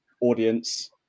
audience